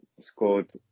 Scored